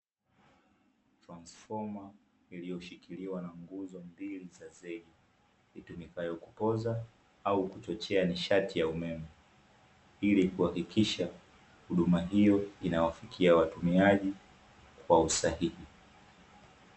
Transfoma iliyoshikiliwa na nguzo mbili za zege itumikayo kupoza au kuchochea nishati ya umeme, ili kuhakikisha huduma hiyo inawafikia watumiaji kwa usahihi.